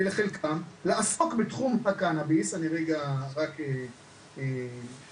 לחלקם לעסוק בתחום הקנאביס, אני רגע רק יאמר